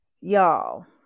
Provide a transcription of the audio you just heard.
Y'all